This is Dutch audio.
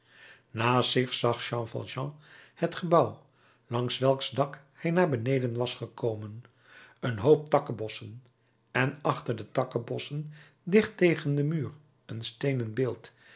naast zich zag jean valjean het gebouw langs welks dak hij naar beneden was gekomen een hoop takkebossen en achter de takkebossen dicht tegen den muur een steenen beeld